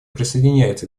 присоединяется